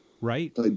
Right